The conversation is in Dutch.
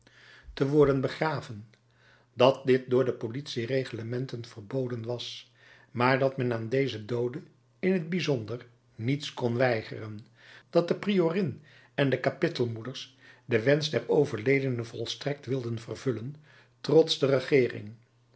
te worden begraven dat dit door de politie reglementen verboden was maar dat men aan deze doode in t bijzonder niets kon weigeren dat de priorin en de kapittel moeders den wensch der overledene volstrekt wilden vervullen trots de regeering